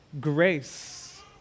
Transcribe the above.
grace